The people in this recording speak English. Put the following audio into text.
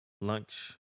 lunch